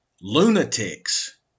lunatics